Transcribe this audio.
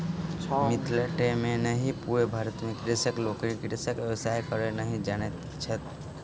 मिथिले टा मे नहि पूरे भारत मे कृषक लोकनि कृषिक व्यवसाय करय नहि जानैत छथि